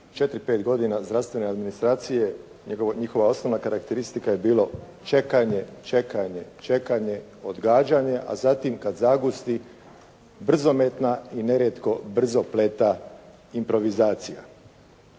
pet godina zdravstvene administracije njihova osnovna karakteristika je bilo čekanje, čekanje, čekanje, odgađanje, a zatim kad zagusti brzometna i nerijetko brzopleta improvizacija.